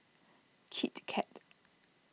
Kit Kat